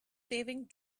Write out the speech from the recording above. saving